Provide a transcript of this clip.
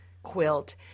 Quilt